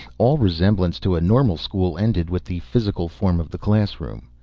all resemblance to a normal school ended with the physical form of the classroom.